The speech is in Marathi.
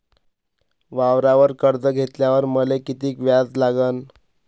वावरावर कर्ज घेतल्यावर मले कितीक व्याज लागन?